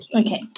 Okay